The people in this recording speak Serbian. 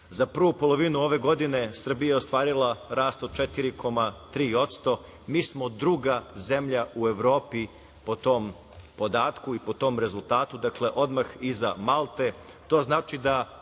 za prvu polovinu ove godine, Srbija je ostvarila rast od 4,3%. Mi smo druga zemlja u Evropi po tom podatku i po tom rezultatu, odmah iza Malte.